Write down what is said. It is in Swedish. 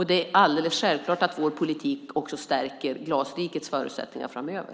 Det är alldeles självklart att vår politik också stärker Glasrikets förutsättningar framöver.